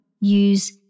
use